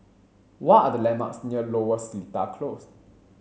what are the landmarks near Lower Seletar Close